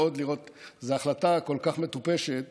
זאת החלטה כל כך מטופשת